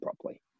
properly